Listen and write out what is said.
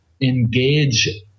engage